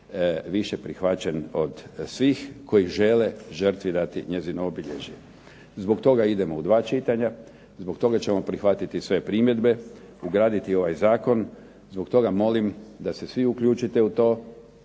više prihvaćen od svih koji žele žrtvi dati njezino obilježje. Zbog toga idemo u 2 čitanja, zbog toga ćemo prihvatiti sve primjedbe i ugraditi u ovaj zakon, zbog toga molim da se svi uključite u to.